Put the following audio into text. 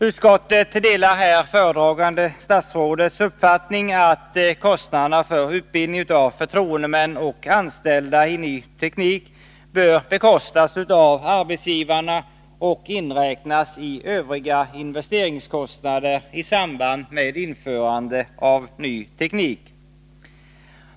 Utskottet delar här föredragande statsrådets uppfattning att kostnaderna för utbildning av förtroendemän och anställda i ny teknik bör bekostas av arbetsgivarna och inräknas i övriga investeringskostnader i samband med införande av ny teknik.